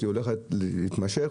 היא הולכת להימשך,